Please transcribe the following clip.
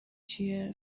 چیه